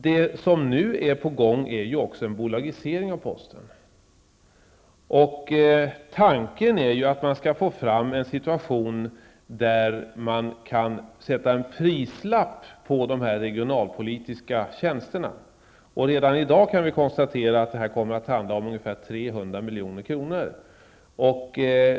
Det som nu är på gång är ju också en bolagisering av posten. Tanken är att man skall åstadkomma en situation som gör det möjligt att sätta en prislapp på de regionalpolitiska tjänsterna. Redan i dag kan vi konstatera att det kommer att handla om ungefär 300 miljoner.